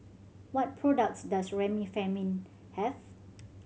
what products does Remifemin have